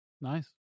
nice